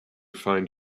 find